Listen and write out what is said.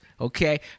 okay